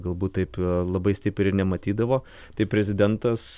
galbūt taip labai stipriai ir nematydavo tai prezidentas